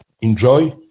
enjoy